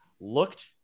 looked